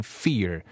fear